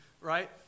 Right